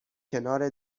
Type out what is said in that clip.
کنار